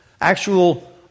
actual